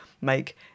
make